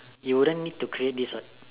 you wouldn't need to create this what